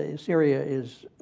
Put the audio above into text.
ah syria is